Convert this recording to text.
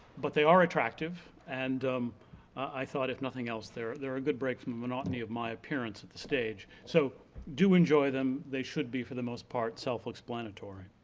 but they are attractive. and i thought if nothing else they are a good break from the monotony of my appearance at the stage. so do enjoy them, they should be for the most part self-explanatory.